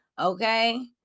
Okay